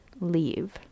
leave